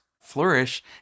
flourish